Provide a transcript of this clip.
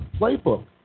playbook